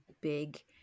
big